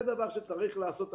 זה דבר שצריך לעשות היום.